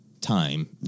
time